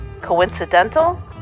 coincidental